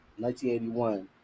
1981